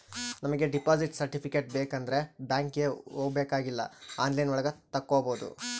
ನಮಿಗೆ deposit certificate ಬೇಕಂಡ್ರೆ ಬ್ಯಾಂಕ್ಗೆ ಹೋಬಾಕಾಗಿಲ್ಲ ಆನ್ಲೈನ್ ಒಳಗ ತಕ್ಕೊಬೋದು